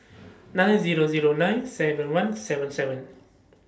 nine Zero Zero nine seven one seven seven